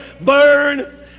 burn